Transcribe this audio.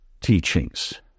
teachings